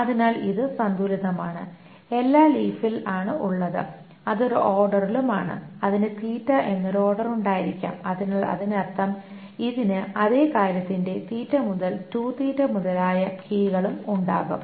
അതിനാൽ ഇത് സന്തുലിതമാണ് എല്ലാം ലീഫിൽ ആണ് ഉള്ളത് അത് ഒരു ഓർഡറിലുമാണ് അതിന് തീറ്റ എന്ന ഒരു ഓർഡർ ഉണ്ടായിരിക്കാം അതിനാൽ അതിനർത്ഥം ഇതിന് അതേ കാര്യത്തിന്റെ മുതൽ മുതലായ കീകളും ഉണ്ടാകും